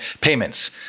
payments